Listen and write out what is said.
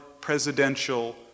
presidential